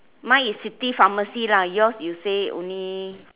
mine is city pharmacy lah yours you say only